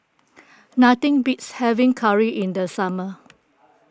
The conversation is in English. nothing beats having curry in the summer